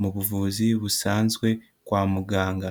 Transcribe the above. mu buvuzi busanzwe kwa muganga.